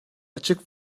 açık